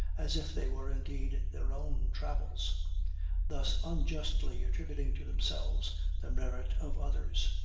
as if they were indeed their own travels thus unjustly attributing to themselves the merit of others.